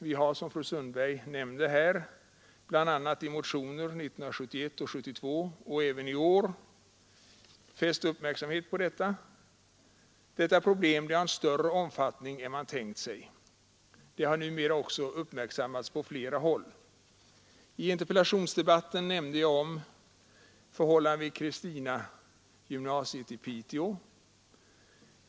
Vi har, som fru Sundberg nämnde, bl.a. i motioner åren 1971 och 1972 liksom i år fäst uppmärksamheten på det. Problemet är av större omfattning än man tänkt sig. Det har numera också uppmärksammats på flera håll. I interpellationsdebatten nämnde jag förhållandena vid Christinaskolan, ett gymnasium i Piteå.